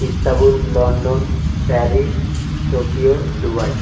Istanbul London Paris Tokyo Dubai